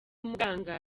muganga